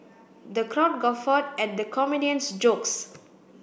the crowd guffawed at the comedian's jokes